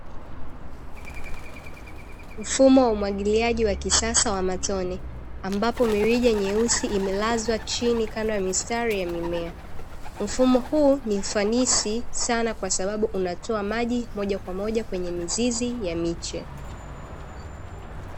Mfumo wa umwagiliaji wa kisasa wa matone ambapo mirija nyeusi imelazwa chini kando ya mistari ya mimea. Mfumo huu ni fanisi sana kwa sababu unatoa maji moja kwa moja kwenye mizizi ya miche.